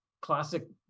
classic